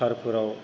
तारफोराव